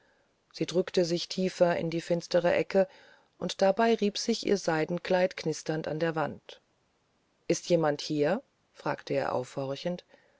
sie drückte sich tiefer in die finstere ecke und dabei rieb sich ihr seidenkleid knisternd an der wand ist jemand hier fragte er aufhorchend